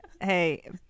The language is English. Hey